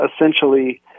essentially